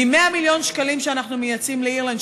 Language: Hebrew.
מ-100 מיליון שקלים שאנחנו מייצאים לאירלנד,